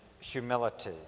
humility